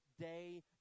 day